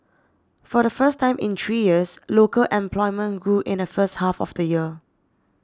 for the first time in three years local employment grew in the first half of the year